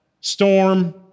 storm